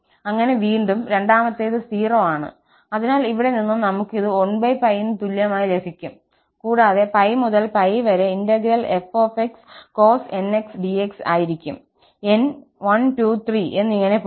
അങ്ങനെ വീണ്ടും രണ്ടാമത്തേത് 0 ആണ് അതിനാൽ ഇവിടെ നിന്നും നമുക്ക് ഇത് 1 ന് തുല്യമായി ലഭിക്കും കൂടാതെ π മുതൽ π വരെ integral f cos nx dx ആയിരിക്കും n 1 2 3 എന്നിങ്ങനെ പോകും